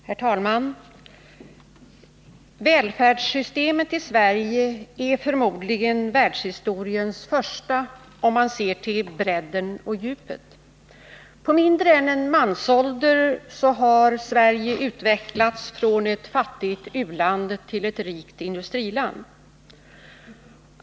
Herr talman! Välfärdssystemet i Sverige är förmodligen världshistoriens första om man ser till bredden och djupet. På mindre än en mansålder utvecklades Sverige från ett fattigt u-land till ett rikt industriland.